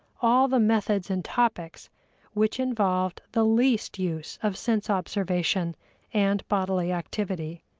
all the methods and topics which involved the least use of sense-observation and bodily activity.